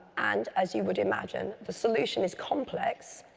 and, as you would imagine, the solution is complex.